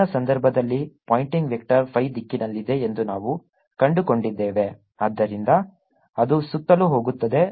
ಹಿಂದಿನ ಸಂದರ್ಭದಲ್ಲಿ Poynting vector phi ದಿಕ್ಕಿನಲ್ಲಿದೆ ಎಂದು ನಾವು ಕಂಡುಕೊಂಡಿದ್ದೇವೆ ಆದ್ದರಿಂದ ಅದು ಸುತ್ತಲೂ ಹೋಗುತ್ತದೆ